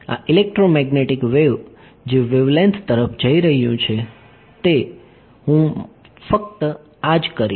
આ electromagnetic wave જે wavelength તરફ જઈ રહ્યું છે તે હું માત્ર આ કરીશ